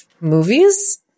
movies